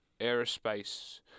aerospace